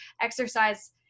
exercise